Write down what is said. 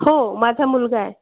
हो माझा मुलगा आहे